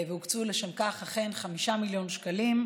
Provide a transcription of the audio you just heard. ואכן הוקצו לשם כך 5 מיליון שקלים,